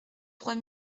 trois